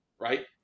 right